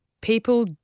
people